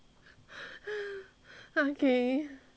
okay okay